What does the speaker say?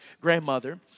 grandmother